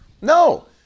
No